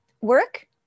work